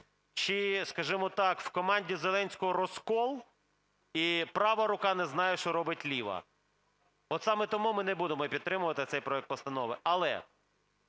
Чи, скажемо так, в команді Зеленського розкол і права рука не знає, що робить ліва? От саме тому ми не будемо підтримувати цей проект постанови. Але